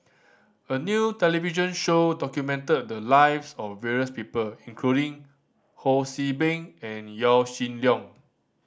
a new television show documented the lives of various people including Ho See Beng and Yaw Shin Leong